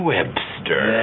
Webster